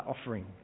offering